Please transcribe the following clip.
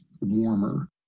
warmer